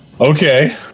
okay